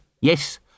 Yes